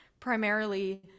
primarily